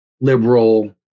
liberal